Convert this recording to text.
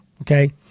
Okay